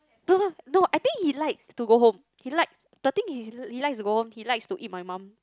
no no no I think he like to go home he like the thing he like he likes to eat my mum